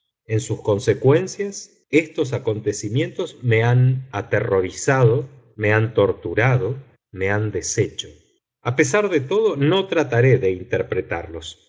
en sus consecuencias estos acontecimientos me han aterrorizado me han torturado me han deshecho a pesar de todo no trataré de interpretarlos